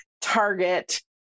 target